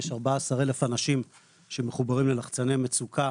יש 14 אלף אנשים שמחוברים ללחצני מצוקה